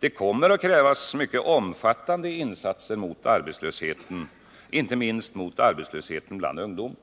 Det kommer att krävas mycket omfattande insatser mot arbetslösheten, inte minst mot arbetslösheten bland ungdomen.